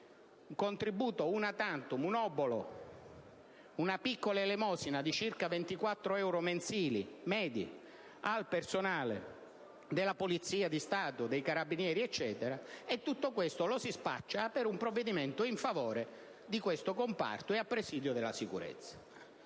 un contributo *una tantum*, un obolo, una piccola elemosina di circa 24 euro mensili al personale della Polizia di Stato, dei Carabinieri, eccetera spacciando questo intervento per un provvedimento in favore del comparto e a presidio della sicurezza.